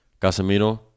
Casemiro